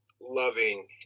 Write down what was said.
loving